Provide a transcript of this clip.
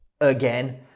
again